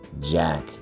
Jack